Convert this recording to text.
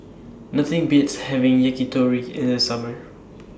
Nothing Beats having Yakitori in The Summer